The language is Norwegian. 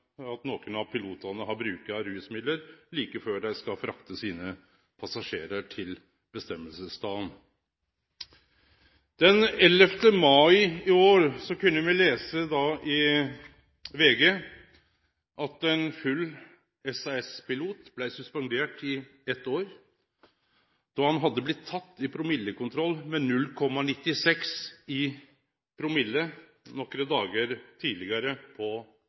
at nokon av pilotane har brukt rusmiddel like før dei skal frakte passasjerane til staden dei skal til. Den 11. mai i år kunne me lese i VG Nett at ein full SAS-pilot blei suspendert i eitt år. Han blei teken i ein promillekontroll med 0,96 i promille nokre dagar tidlegare på